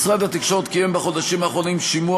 משרד התקשורת קיים בחודשים האחרונים שימוע